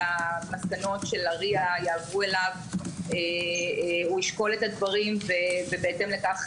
שהמסקנות של ה-RIA יעברו אליו הוא ישקול את הדברים ובהתאם לכך